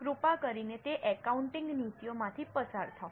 કૃપા કરીને તે એકાઉન્ટિંગ નીતિઓમાંથી પસાર થાઓ